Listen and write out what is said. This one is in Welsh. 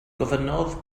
gofynnodd